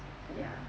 ya